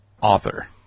author